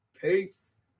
peace